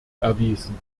erwiesen